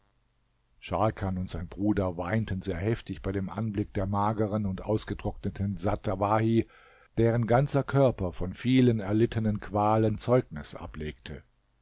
scharkan und sein bruder weinten sehr heftig bei dem anblick der mageren und ausgetrockneten dsat dawahi deren ganzer körper von vielen erlittenen qualen zeugnis ablegte